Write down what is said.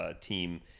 team